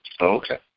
Okay